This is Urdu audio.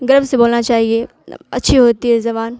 گرو سے بولنا چاہیے اچھی ہوتی ہے زبان